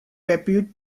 repute